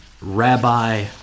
Rabbi